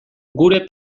gure